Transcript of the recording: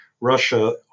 Russia